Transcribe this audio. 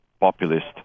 populist